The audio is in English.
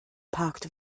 parked